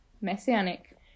Messianic